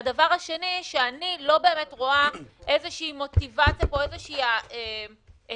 והדבר השני הוא שאני לא באמת רואה את איזושהי מוטיבציה או איזשהו תמרוץ